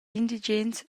indigens